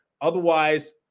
otherwise